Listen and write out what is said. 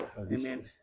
Amen